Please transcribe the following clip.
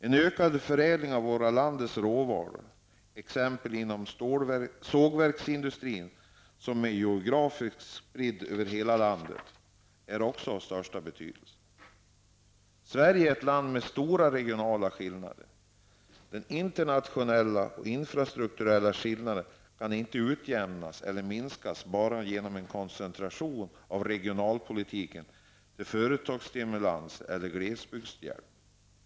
En ökad förädling av landets råvaror, t.ex. inom sågverksindustrin, som är geografiskt spridd över hela landet, är också av största betydelse. Sverige är ett land med stora regionala skillnader. De internationella och infrastrukturella skillnaderna kan inte utjämnas eller minskas bara genom en koncentration av regionalpolitiken till företagsstimulanser eller glesbygdshjälp.